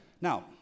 Now